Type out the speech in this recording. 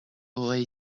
aurait